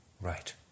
Right